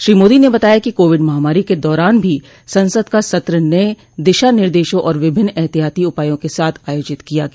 श्री मोदी ने बताया कि कोविड महामारी के दौरान भी संसद का सत्र नय दिशा निर्देशों और विभिन्न ऐहतियाती उपायों के साथ आयोजित किया गया